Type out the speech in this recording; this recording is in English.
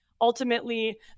ultimately